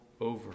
over